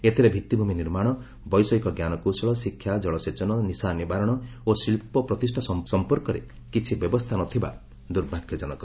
ଏଥିରେ ଭିଉିଭ୍ରମି ନିର୍ମାଣ ବୈଷୟିକ ୍କାନକୌଶଳ ଶିକ୍ଷା କଳସେଚନ ନିଶା ନିବାରଣ ଓ ଶିକ୍ଷପ୍ରତିଷ୍ଠା ସମ୍ପର୍କରେ କିଛି ବ୍ୟବସ୍ଥା ନଥିବା ଦୁର୍ଭାଗ୍ୟଜନକ